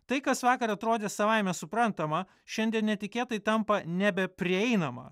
tai kas vakar atrodė savaime suprantama šiandien netikėtai tampa nebeprieinama